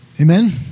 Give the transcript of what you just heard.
Amen